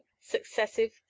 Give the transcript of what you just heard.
successive